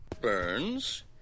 Burns